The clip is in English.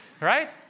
right